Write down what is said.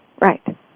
Right